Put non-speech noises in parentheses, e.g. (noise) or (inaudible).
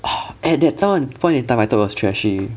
(breath) at that time that point in time I thought it was trashy